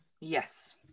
Yes